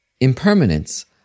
Impermanence